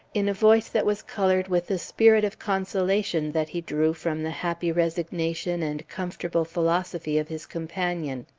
in a voice that was coloured with the spirit of consolation that he drew from the happy resignation and comfortable philosophy of his com panion.